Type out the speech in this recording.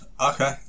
okay